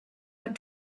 out